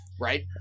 Right